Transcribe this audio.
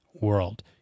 world